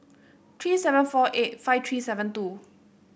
three seven four eight five three seven two